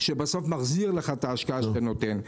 שבסוף מחזיר לך את ההשקעה שאתה נותן.